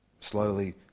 Slowly